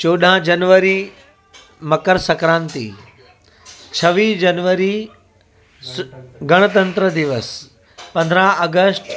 चोॾहां जनवरी मकर सक्रांती छवीह जनवरी गणतंत्र गणतंत्र दिवस पंदरहां अगश्ट